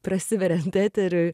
prasiveria eteriui